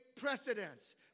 precedence